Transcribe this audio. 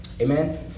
amen